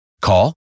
Call